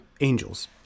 angels